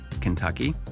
Kentucky